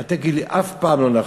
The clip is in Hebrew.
אל תגיד לי אף פעם "לא נכון".